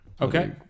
Okay